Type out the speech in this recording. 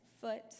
foot